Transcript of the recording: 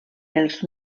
els